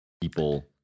people